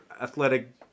athletic